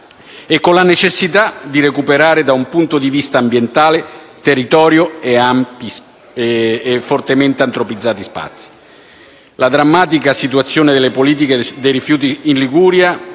e con la necessità di recuperare, da un punto di vista ambientale, territori e spazi ampi e fortemente antropizzati. La drammatica situazione delle politiche sui rifiuti in Liguria,